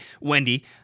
Wendy